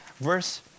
verse